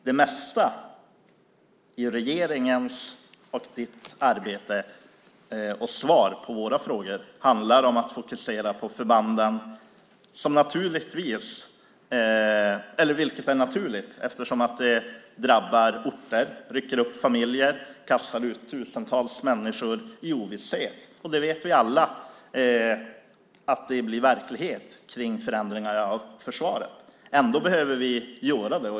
Det mesta i regeringens arbete, och i svaren på våra frågor, handlar om att fokusera på förbanden, vilket är naturligt eftersom det drabbar orter, rycker upp familjer och kastar ut tusentals människor i ovisshet. Det vet vi alla att det blir verklighet vid förändringar av försvaret. Ändå behöver vi göra det.